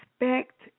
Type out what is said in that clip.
respect